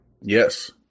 Yes